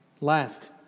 Last